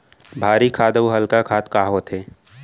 भारी खाद अऊ हल्का खाद का होथे?